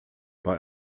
bei